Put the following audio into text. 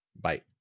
Bye